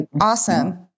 awesome